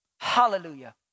Hallelujah